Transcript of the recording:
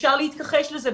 אפשר להתכחש לזה,